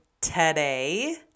today